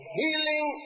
healing